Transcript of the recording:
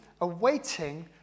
awaiting